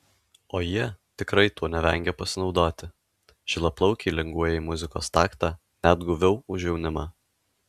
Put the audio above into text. o jie tikrai tuo nevengia pasinaudoti žilaplaukiai linguoja į muzikos taktą net guviau už jaunimą